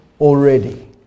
already